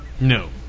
No